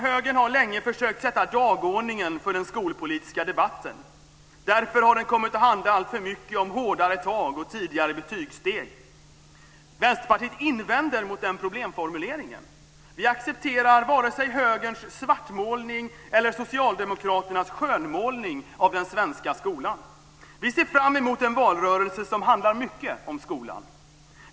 Högern har länge försökt sätta dagordningen för den skolpolitiska debatten. Därför har den kommit att handla alltför mycket om hårdare tag och tidigare betygssteg. Vänsterpartiet invänder mot den problemformuleringen. Vi accepterar vare sig högerns svartmålning eller socialdemokraternas skönmålning av den svenska skolan. Vi ser fram emot en valrörelse som handlar mycket om skolan.